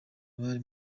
bari